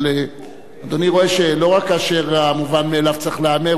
אבל אדוני רואה שלא המובן מאליו צריך להיאמר,